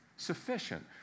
Sufficient